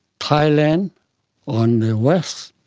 thailand on the west,